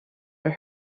for